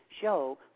show